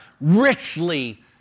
richly